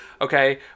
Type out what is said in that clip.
Okay